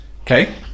Okay